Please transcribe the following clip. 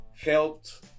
helped